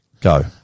Go